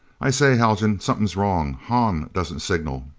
i say, haljan, something's wrong. hahn doesn't signal.